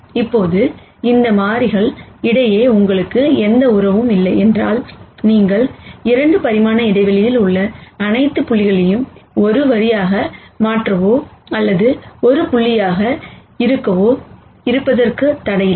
இப்போது இந்த மாறிகள் இடையே உங்களுக்கு எந்த உறவும் இல்லை என்றால் நாங்கள் 2 பரிமாண இடைவெளியில் உள்ள அனைத்து புள்ளிகளையும் ஒரு வரியாக மாற்றவோ அல்லது ஒரு புள்ளியாக இருக்கவோ இருப்பதற்கு தடையில்லை